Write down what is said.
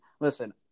listen